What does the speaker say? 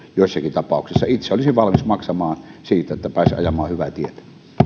joissakin tapauksissa itse olisin valmis maksamaan siitä että pääsisi ajamaan hyvää tietä